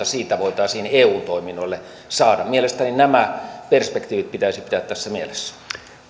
siitä voitaisiin eu toiminnoille saada mielestäni nämä perspektiivit pitäisi pitää tässä mielessä